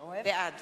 בעד